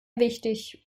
wichtig